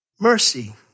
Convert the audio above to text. Mercy